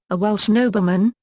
a welsh nobleman,